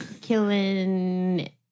killing